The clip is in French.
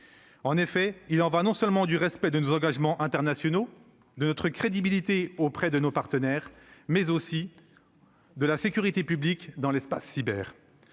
juin 2022. Il y va non seulement du respect de nos engagements internationaux et de notre crédibilité auprès de nos partenaires, mais aussi de la sécurité publique dans l'espace cyber.